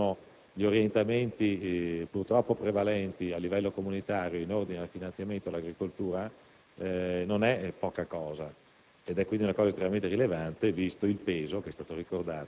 di questi tempi, conoscendo anche gli orientamenti purtroppo prevalenti a livello comunitario in ordine al finanziamento dell'agricoltura, non è poca cosa.